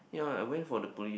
ya I went for the police